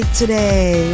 today